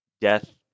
Death